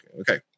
Okay